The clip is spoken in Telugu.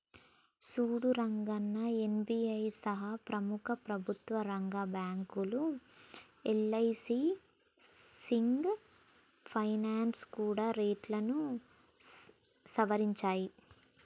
సూడు రంగన్నా ఎస్.బి.ఐ సహా ప్రముఖ ప్రభుత్వ రంగ బ్యాంకులు యల్.ఐ.సి సింగ్ ఫైనాల్స్ కూడా రేట్లను సవరించాయి